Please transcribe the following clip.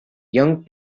young